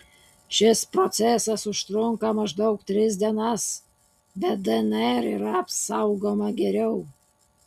šis procesas užtrunka maždaug tris dienas bet dnr yra apsaugoma geriau